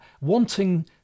wanting